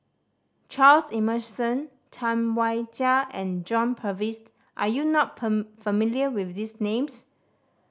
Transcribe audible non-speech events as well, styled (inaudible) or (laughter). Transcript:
Charles Emmerson Tam Wai Jia and John Purvis are you not (unintelligible) familiar with these names